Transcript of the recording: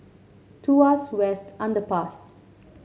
Tuas West Underpass